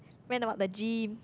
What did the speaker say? went about the gym